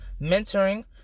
mentoring